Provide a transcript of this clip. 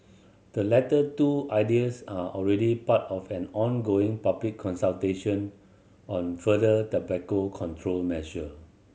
the latter two ideas are already part of an ongoing public consultation on further tobacco control measure